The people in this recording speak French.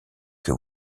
que